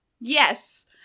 Yes